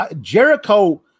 Jericho